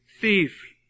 thief